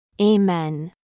Amen